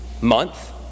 Month